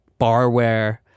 barware